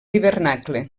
hivernacle